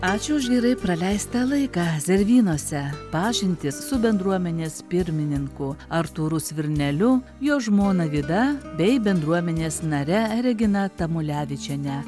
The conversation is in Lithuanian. ačiū už gerai praleistą laiką zervynose pažintis su bendruomenės pirmininku artūru svirneliu jo žmona vida bei bendruomenės nare regina tamulevičiene